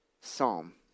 psalm